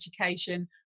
education